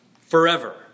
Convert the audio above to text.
forever